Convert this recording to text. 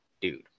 dude